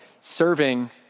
Serving